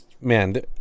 man